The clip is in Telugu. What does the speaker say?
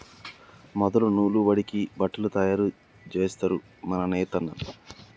మొదలు నూలు వడికి బట్టలు తయారు జేస్తరు మన నేతన్నలు